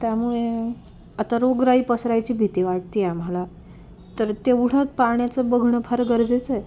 त्यामुळे आता रोगराई पसरायची भीती वाटती आम्हाला तर तेवढं ते पाण्याचं बघणं फार गरजेचंय